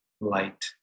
light